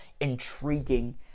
intriguing